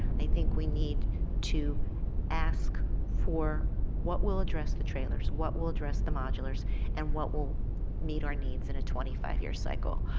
i think we need to ask for what will address the trailers, what will address the modulars and what will meet our needs in a twenty five year cycle.